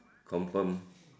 confirm